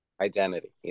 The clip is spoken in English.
Identity